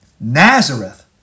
Nazareth